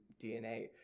DNA